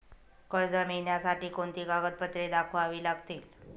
कर्ज मिळण्यासाठी कोणती कागदपत्रे दाखवावी लागतील?